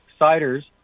ciders